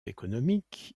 économiques